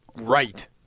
right